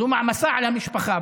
זאת מעמסה על המשפחה.